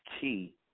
key